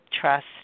trust